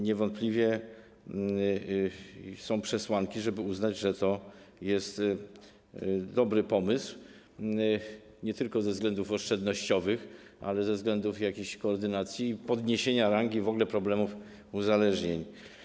Niewątpliwie są przesłanki, żeby uznać, że jest to dobry pomysł nie tylko ze względów oszczędnościowych, ale także ze względu na kwestie koordynacji i podniesienia rangi w ogóle problemów uzależnień.